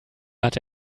hatte